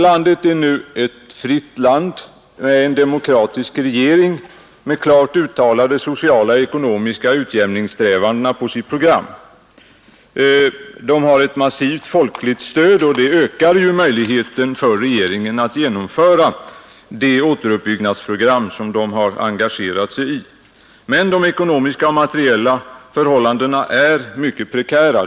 Landet är nu ett fritt land, som har en demokratisk regering med klart uttalade sociala och ekonomiska utjämningssträvanden på sitt program. Regeringen har ett massivt folkligt stöd, och det ökar ju dess möjlighet att genomföra det återuppbyggnadsprogram som den har engagerat sig i. Men de ekonomiska och materiella förhållandena är mycket prekära.